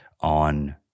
on